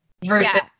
Versus